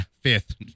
fifth